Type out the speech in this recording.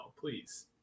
please